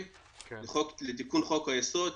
לתיקון חוק היסוד,